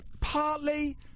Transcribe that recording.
Partly